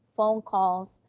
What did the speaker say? phone calls.